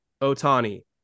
Otani